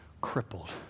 crippled